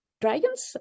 dragons